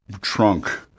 trunk